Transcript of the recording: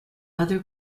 other